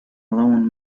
alone